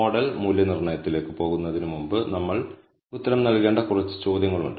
model മൂല്യനിർണ്ണയത്തിലേക്ക് പോകുന്നതിന് മുമ്പ് നമ്മൾ ഉത്തരം നൽകേണ്ട കുറച്ച് ചോദ്യങ്ങളുണ്ട്